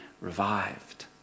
revived